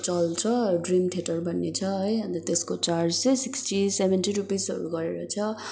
चल्छ dream theatre भन्ने छ है अन्त त्यसको चार्ज चाहिँ सिक्सटी सेभेन्टी रुपिजहरू गरेर छ